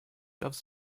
doves